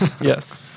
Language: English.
Yes